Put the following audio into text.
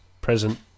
present